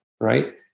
right